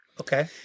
Okay